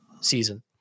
season